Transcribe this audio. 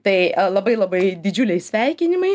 tai labai labai didžiuliai sveikinimai